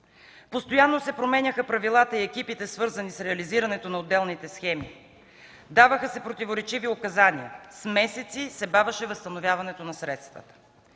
Постоянно се променяха правилата и екипите, свързани с реализирането на отделните схеми, даваха се противоречиви указания, с месеци се бавеше възстановяването на средствата.